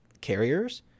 carriers